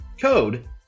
code